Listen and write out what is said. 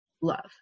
love